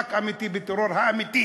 מאבק אמיתי בטרור האמיתי,